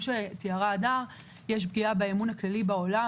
שתיארה הדר יש פגיעה באמון הכללי בעולם.